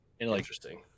Interesting